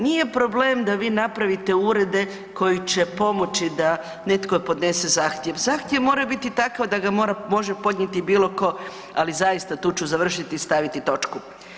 Nije problem da vi napravite urede koji će pomoći da netko podnese zahtjev, zahtjev mora biti takav da ga može podnijeti bilo tko, ali zaista tu ću završiti i staviti točku.